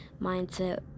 mindset